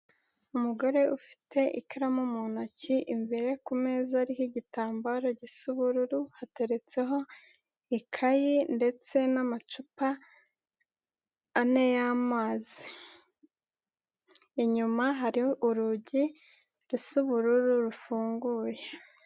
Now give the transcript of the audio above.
Umugore ufite ikaramu mu ntoki, imbere ku meza ariho igitambaro gisa ubururu, hateretseho ikayi ndetse n'amacupa ane y'amazi. Inyuma hari urugi rusa ubururu rufunguye.